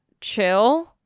chill